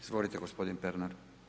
Izvolite gospodin Pernar.